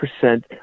percent